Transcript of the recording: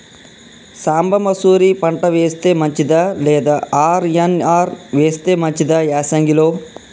సాంబ మషూరి పంట వేస్తే మంచిదా లేదా ఆర్.ఎన్.ఆర్ వేస్తే మంచిదా యాసంగి లో?